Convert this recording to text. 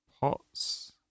pots